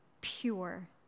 pure